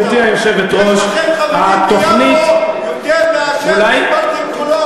יש לכם חברים ביפו יותר מאשר קיבלתם קולות.